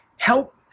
Help